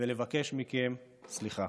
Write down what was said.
ולבקש מכם סליחה.